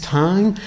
time